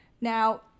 Now